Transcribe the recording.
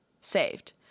saved